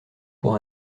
pour